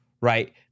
right